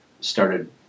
started